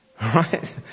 Right